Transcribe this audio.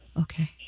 Okay